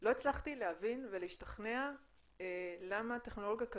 לא הצלחתי להבין ולהשתכנע למה טכנולוגיה כזו,